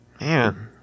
Man